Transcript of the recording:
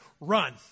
run